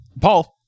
Paul